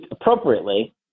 appropriately